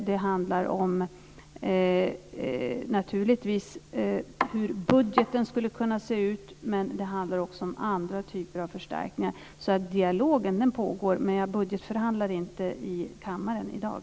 Det handlar om hur budgeten skulle kunna se ut. Men det handlar också om andra typer av förstärkningar. Dialogen pågår alltså, men jag budgetförhandlar inte i kammaren i dag.